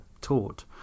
taught